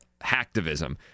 hacktivism